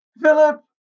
Philip